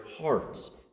hearts